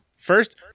First